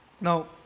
now